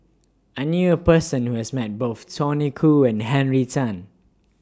I knew A Person Who has Met Both Tony Khoo and Henry Tan